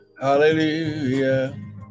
Hallelujah